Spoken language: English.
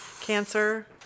cancer